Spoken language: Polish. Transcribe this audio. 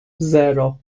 zero